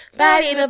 body